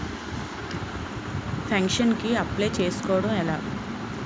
Pension కి apply చేసుకోవడం ఎలా?